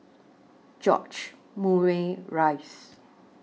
George Murray Reith